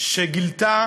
שגילתה